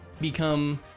become